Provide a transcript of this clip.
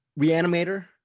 Reanimator